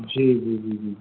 جی جی جی جی